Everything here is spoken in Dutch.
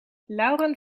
lauren